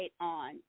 on